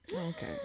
Okay